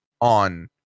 on